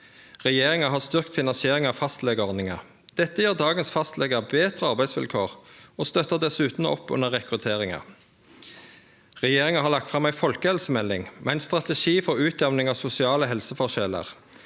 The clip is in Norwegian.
Regjeringa har styrkt finansieringa av fastlegeordninga. Dette gir dagens fastlegar betre arbeidsvilkår og støttar dessutan opp under rekrutteringa. Regjeringa har lagt fram ei folkehelsemelding, med ein strategi for utjamning av sosiale helseforskjellar.